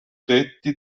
tetti